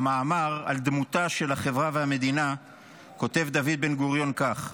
במאמר על דמותה של החברה והמדינה כותב דוד בן-גוריון כך: